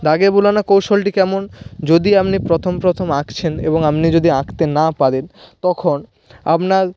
দাগে বোলানো কৌশলটি কেমন যদি আমনি প্রথম প্রথম আঁকছেন এবং আমনি যদি আঁকতে না পারেন তখন আপনার